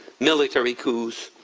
military coups,